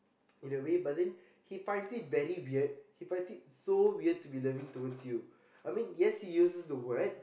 in a way but then he finds me very weird he finds me so weird to be loving towards you I mean yes he uses the word in a way